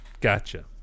Gotcha